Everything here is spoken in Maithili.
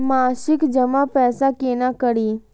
मासिक जमा पैसा केना करी?